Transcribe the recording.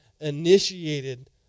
initiated